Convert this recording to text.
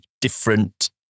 different